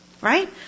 Right